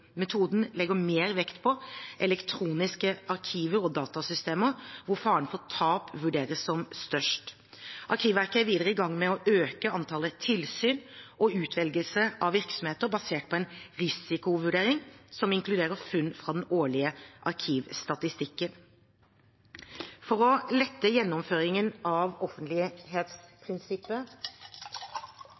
Metoden legger mer vekt på elektroniske arkiver og datasystemer, hvor faren for tap vurderes som størst. Arkivverket er videre i gang med å øke antallet tilsyn, og utvelgelsen av virksomheter baseres på en risikovurdering som inkluderer funn fra den årlige arkivstatistikken. For å lette gjennomføringen av offentlighetsprinsippet